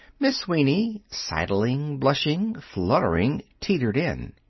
miss sweeney, sidling, blushing, fluttering, teetered in.